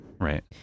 Right